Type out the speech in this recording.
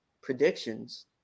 predictions